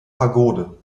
pagode